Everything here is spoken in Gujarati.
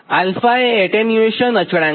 𝛼 એ એટન્યુએશન અચળાંક છે